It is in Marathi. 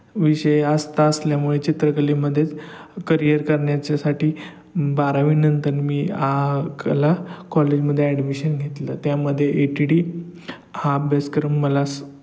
विषय आस्था असल्यामुळे चित्रकलेमध्येच करिअर करण्याच्यासाठी बारावीनंतर मी आ कला कॉलेजमध्ये ॲडमिशन घेतलं त्यामध्ये ए टी डी हा अभ्यासक्रम मला स